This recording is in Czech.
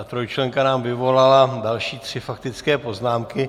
Trojčlenka nám vyvolala další tři faktické poznámky.